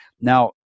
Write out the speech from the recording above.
Now